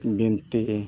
ᱵᱤᱱᱛᱤ